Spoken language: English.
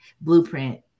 Blueprint